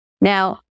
Now